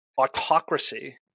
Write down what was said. autocracy